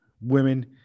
Women